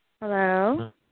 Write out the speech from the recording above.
Hello